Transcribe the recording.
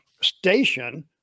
station